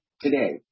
today